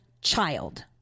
child